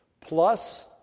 plus